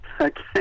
Okay